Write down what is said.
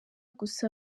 gusa